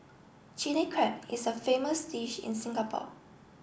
Chilli Crab is a famous dish in Singapore